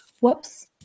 whoops